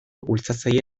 bultzatzaile